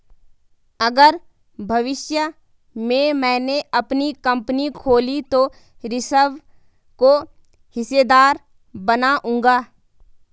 अगर भविष्य में मैने अपनी कंपनी खोली तो ऋषभ को हिस्सेदार बनाऊंगा